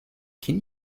can